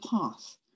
path